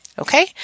Okay